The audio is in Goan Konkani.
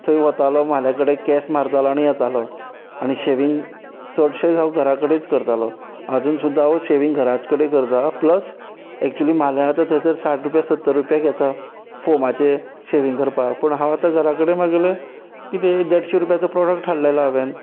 थंय वतालो म्हाल्या कडेन केंस मारतालो आनी येतालो आनी शेविंग चडशेंच हांव घरा कडेंच करतालो आजून सुद्दां हांव शेविंग घराच कडेन करता प्लस एक्च्युअली म्हाले आसा ते थंयसर साठ रुपया सत्तर रुपया घेता फोमाचें शेविंग करपाक पूण हांव आतां घरा कडेन म्हागेलें कितें देडशी रुपयांचो प्रोडक्ट हाडलेलो हांवेन